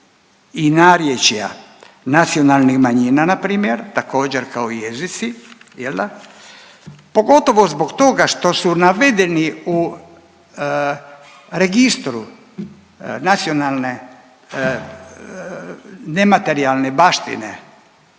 i narječja nacionalnih manjina na primjer, također kao i jezici pogotovo zbog toga što su navedeni u registru nacionalne, nematerijalne baštine